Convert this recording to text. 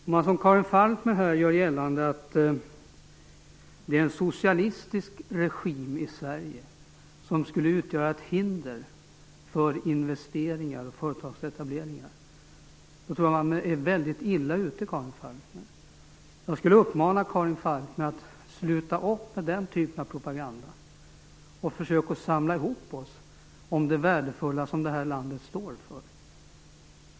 Om man som Karin Falkmer gör gällande att det är en socialistisk regim i Sverige som skulle utgöra ett hinder för investeringar och företagsetableringar tror jag att man är väldigt illa ute, Karin Falkmer. Jag skulle vilja uppmana Karin Falkmer att upphöra med den typen av propaganda och i stället sluta upp kring det värdefulla som det här landet står för.